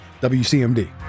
WCMD